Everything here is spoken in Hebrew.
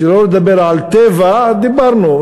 שלא לדבר על "טבע" דיברנו,